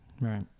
Right